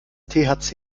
thc